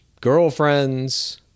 girlfriends